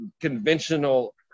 conventional